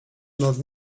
nad